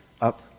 up